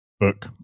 book